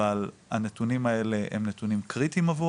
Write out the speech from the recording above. אבל הנתונים האלה הם נתונים קריטיים עבור